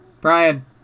Brian